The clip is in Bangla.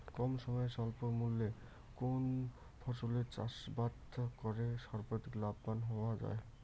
কম সময়ে স্বল্প মূল্যে কোন ফসলের চাষাবাদ করে সর্বাধিক লাভবান হওয়া য়ায়?